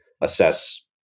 assess